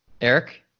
Eric